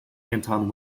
anton